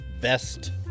best